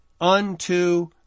unto